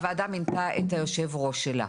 הוועדה מינתה את יושב הראש שלה.